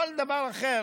או כל דבר אחר